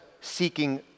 seeking